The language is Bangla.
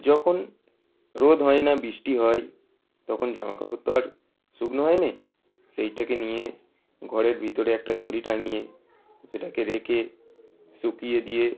যখন রোদ হয় না বৃষ্টি হয় তখন জামা কাপড় তো আর শুকনো হয় না সেটাকে নিয়ে ঘরের ভিতরে একটা দড়ি টাঙিয়ে সেটাকে রেখে শুকিয়ে দিয়ে